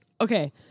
Okay